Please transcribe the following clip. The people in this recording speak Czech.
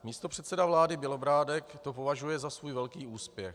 Místopředseda vlády Bělobrádek to považuje za svůj velký úspěch.